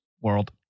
world